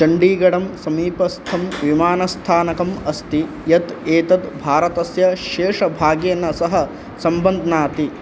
चण्डीगडं समीपस्थं विमानस्थानकम् अस्ति यत् एतद् भारतस्य शेषभागेन सह सम्बध्नाति